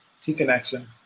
T-Connection